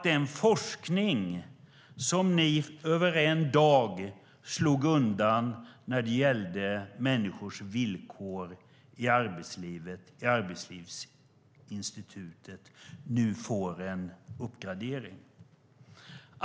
Den forskning som ni över en dag slog undan när det gällde människors villkor i arbetslivet, i Arbetslivsinstitutet, får nu en uppgradering.